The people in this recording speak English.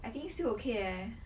I think still okay leh